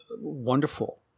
wonderful